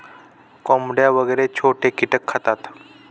कोंबड्या वगैरे छोटे कीटक खातात